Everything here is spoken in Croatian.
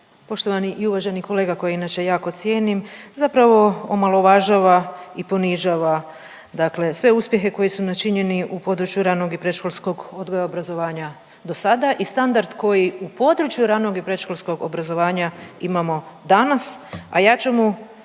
poštovani i uvaženi kolega koji inače jako cijenim, zapravo omalovažava i ponižava dakle sve uspjehe koji su načinjeni u području ranog i predškolskog odgoja i obrazovanja do sada i standard koji u području ranog i predškolskog obrazovanja imamo danas, a ja ću mu